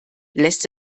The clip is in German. lässt